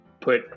put